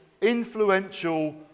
influential